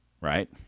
right